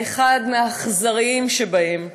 ואחד האכזריים שבהם.